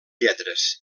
lletres